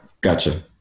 gotcha